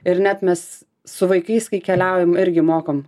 ir net mes su vaikais kai keliaujam irgi mokom